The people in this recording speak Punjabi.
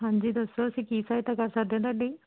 ਹਾਂਜੀ ਦੱਸੋ ਅਸੀਂ ਕੀ ਸਹਾਇਤਾ ਕਰ ਸਕਦੇ ਹਾਂ ਤੁਹਾਡੀ